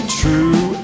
true